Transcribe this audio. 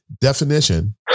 definition